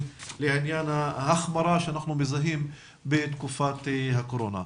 לעניין ההחמרה שאנחנו מזהים בתקופת הקורונה.